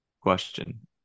question